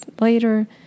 later